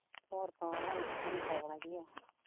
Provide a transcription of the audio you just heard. ᱦᱚᱨ ᱠᱚᱦᱚᱸ ᱟᱞᱮ ᱥᱮᱫ ᱫᱚ ᱱᱟᱯᱟᱭ ᱵᱟᱲᱟ ᱜᱮᱭᱟ